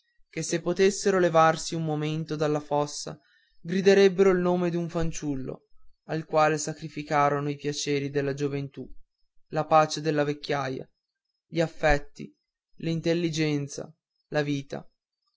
che se potessero levarsi un momento dalla fossa griderebbero il nome d'un fanciullo al quale sacrificarono i piaceri della gioventù la pace della vecchiaia gli affetti l'intelligenza la vita